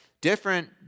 different